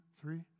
three